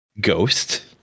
ghost